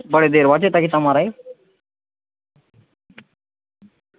बड़ो देर बाद चेत्ता कीता म्हाराज